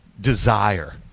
desire